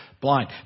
blind